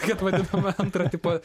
kad vadinome antro tipo